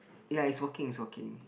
ya is working is working